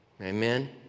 Amen